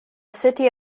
city